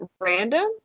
Random